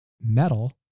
metal